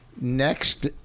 Next